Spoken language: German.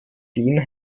den